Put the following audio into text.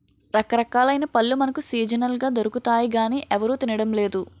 రకరకాలైన పళ్ళు మనకు సీజనల్ గా దొరుకుతాయి గానీ ఎవరూ తినడం లేదు